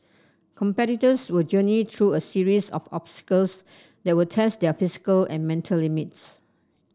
competitors will journey through a series of obstacles that will test their physical and mental limits